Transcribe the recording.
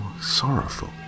sorrowful